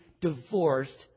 divorced